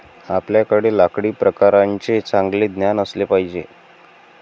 आपल्याकडे लाकडी प्रकारांचे चांगले ज्ञान असले पाहिजे